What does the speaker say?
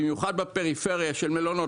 במיוחד בפריפריה של מלונות,